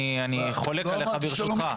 ברשותך, אני חולק עליך.